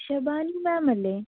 Shubani ma'am അല്ലേ